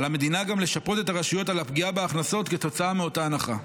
על המדינה גם לשפות את הרשויות על הפגיעה בהכנסות כתוצאה מאותה ההנחה.